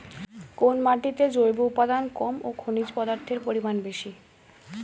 কোন মাটিতে জৈব উপাদান কম ও খনিজ পদার্থের পরিমাণ বেশি?